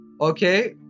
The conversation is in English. Okay